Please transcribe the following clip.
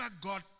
God